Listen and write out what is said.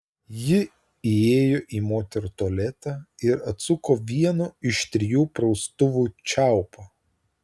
ji įėjo į moterų tualetą ir atsuko vieno iš trijų praustuvų čiaupą